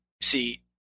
see